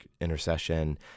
intercession—